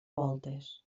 voltes